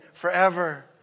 forever